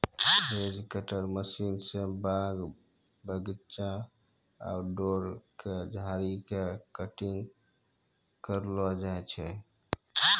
hedge cutter machine स बाग बगीचा, आउटडोर के झाड़ी के कटिंग करलो जाय छै